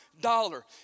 dollar